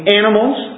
animals